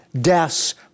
death's